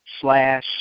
Slash